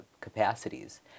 capacities